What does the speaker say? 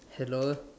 hello